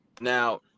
now